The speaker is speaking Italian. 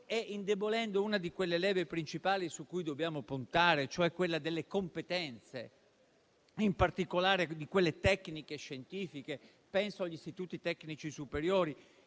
e indebolendo una di quelle leve principali su cui dobbiamo puntare, cioè quella delle competenze, in particolare di quelle tecniche e scientifiche? Penso agli istituti tecnici superiori,